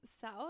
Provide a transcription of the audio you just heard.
south